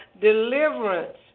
deliverance